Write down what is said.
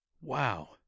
wow